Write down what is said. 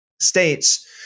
states